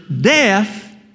death